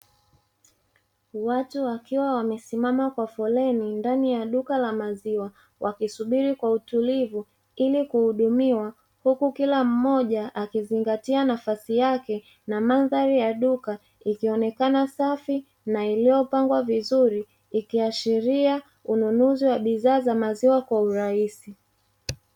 Watu wakiwa wamesimama kwa foleni ndani ya duka la maziwa. Wakisubiri kwa utulivu ili kuhudumiwa huku kila mmoja akizingatia nafasi yake. Mandhari ya duka yakionekana safi maeneo pango vizuri na viashiria bidhaa za maziwa kwa urahisi.